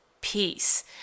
peace